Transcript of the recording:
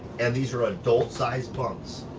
and these are adult sized bunks.